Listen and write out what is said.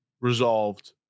resolved